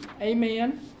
Amen